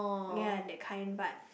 ya that kind but